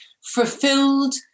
fulfilled